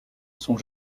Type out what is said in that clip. sont